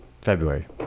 February